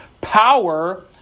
power